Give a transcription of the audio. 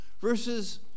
Verses